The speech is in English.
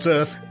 Earth